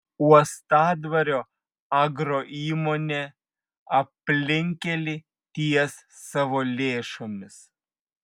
uostadvario agroįmonė aplinkkelį ties savo lėšomis